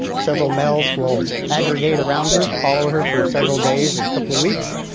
several males will aggregate around her, follow her for several days or a couple of weeks.